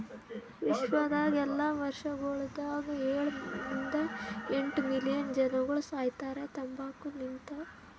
ವಿಶ್ವದಾಗ್ ಎಲ್ಲಾ ವರ್ಷಗೊಳದಾಗ ಏಳ ರಿಂದ ಎಂಟ್ ಮಿಲಿಯನ್ ಜನಗೊಳ್ ಸಾಯಿತಾರ್ ತಂಬಾಕು ಲಿಂತ್